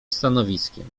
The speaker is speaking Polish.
stanowiskiem